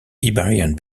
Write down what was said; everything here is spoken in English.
iberian